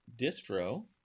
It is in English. distro